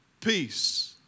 peace